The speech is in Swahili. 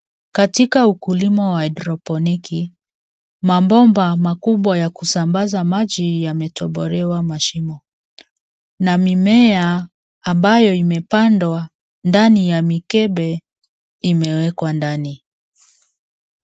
Katoka ukulima wa haidroponiki, mabomba makubwa ya kusambaza maji yametobolewa mashimo. Na mimea ambayo imepandwa ndani ya mikebe, imewekwa ndani.